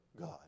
God